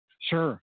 Sure